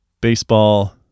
baseball